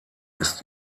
ist